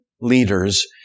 leaders